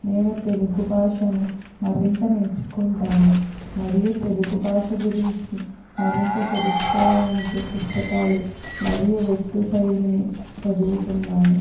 నేను తెలుగు భాషను మరింత నేర్చుకుంటాను మరియు తెలుగు భాష గురించి మరింత తెలుసుకోవడానికి పుస్తకాలు మరియు వ్యక్తి శైలిని చదువుతున్నాను